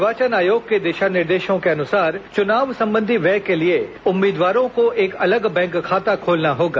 निर्वाचन आयोग के दिशा निर्देशों के अनुसार चुनाव संबंधी व्यय के लिए उम्मीदवारों को एक अलग बैंक खाता खोलना होगा